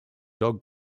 dog